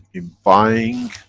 in buying